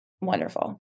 wonderful